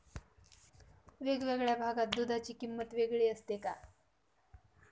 वेगवेगळ्या भागात दूधाची किंमत वेगळी असते का?